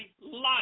life